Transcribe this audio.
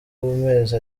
mezi